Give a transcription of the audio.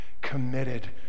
committed